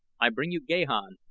i bring you gahan,